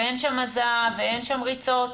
ואין שם הזעה ואין שם ריצות.